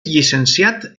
llicenciat